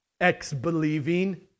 ex-believing